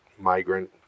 migrant